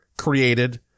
Created